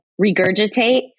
regurgitate